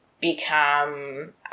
become